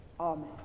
Amen